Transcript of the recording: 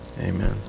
amen